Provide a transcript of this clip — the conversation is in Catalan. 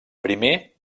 primer